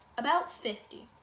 about fifty.